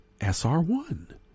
SR1